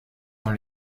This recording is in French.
dans